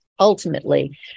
Ultimately